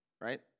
right